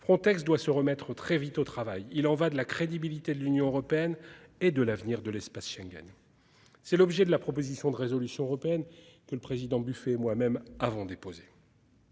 Frontex doit se remettre très vite au travail. Il en va de la crédibilité de l'Union européenne et de l'avenir de l'espace Schengen. C'est l'objet de la proposition de résolution européenne que le président Buffet et moi-même avons déposé.